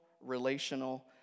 relational